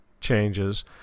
changes